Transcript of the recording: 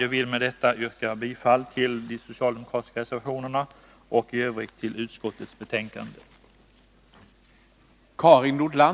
Jag vill med detta yrka bifall till de socialdemokratiska reservationerna och i övrigt till utskottets hemställan.